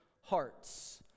hearts